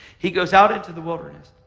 he goes out into the wilderness.